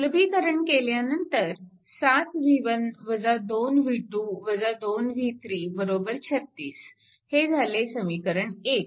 सुलभीकरण केल्यानंतर 7 v1 2 v2 2 v3 36 हे झाले समीकरण 1